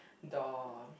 the